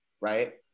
right